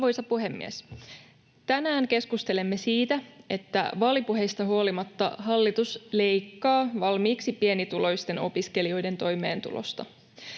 Arvoisa puhemies! Tänään keskustelemme siitä, että vaalipuheista huolimatta hallitus leikkaa valmiiksi pienituloisten opiskelijoiden toimeentulosta.